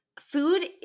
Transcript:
food